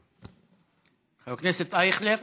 חבר הכנסת אייכלר.